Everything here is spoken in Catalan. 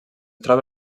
troba